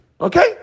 Okay